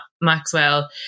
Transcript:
Maxwell